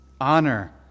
honor